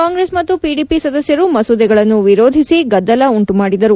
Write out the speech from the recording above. ಕಾಂಗ್ರೆಸ್ ಮತ್ತು ಪಿಡಿಪಿ ಸದಸ್ನರು ಮಸೂದೆಗಳನ್ನು ವಿರೋಧಿಸಿ ಗದ್ದಲ ಉಂಟು ಮಾಡಿದರು